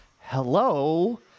hello